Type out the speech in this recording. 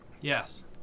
yes